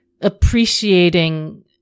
appreciating